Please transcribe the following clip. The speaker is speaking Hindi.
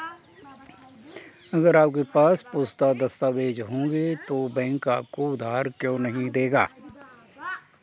अगर आपके पास पुख्ता दस्तावेज़ होंगे तो बैंक आपको उधार क्यों नहीं देगा?